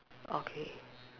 okay